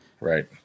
Right